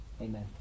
amen